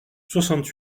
soixante